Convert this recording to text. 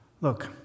Look